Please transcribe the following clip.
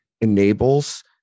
enables